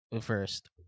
first